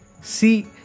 See